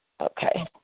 Okay